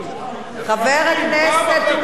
חבר הכנסת אורי אריאל,